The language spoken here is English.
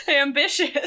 Ambitious